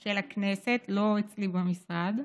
של הכנסת, לא אצלי במשרד,